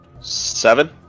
Seven